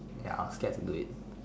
ya I was scared to do it